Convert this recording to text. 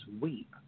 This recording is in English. weep